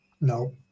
No